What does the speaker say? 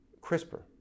CRISPR